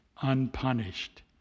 unpunished